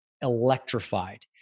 electrified